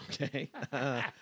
Okay